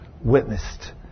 witnessed